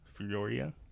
Fioria